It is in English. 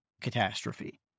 catastrophe